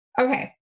Okay